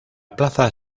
plaza